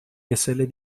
geselle